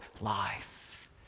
life